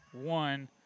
one